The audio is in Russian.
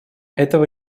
этого